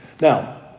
Now